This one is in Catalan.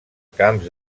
camps